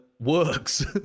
Works